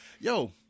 Yo